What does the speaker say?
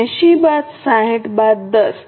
80 બાદ 60 બાદ 10